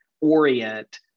orient